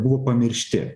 buvo pamiršti